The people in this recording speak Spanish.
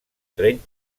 tren